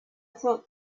thought